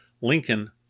Lincoln